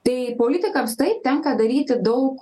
tai politikams taip tenka daryti daug